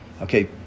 Okay